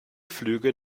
flüge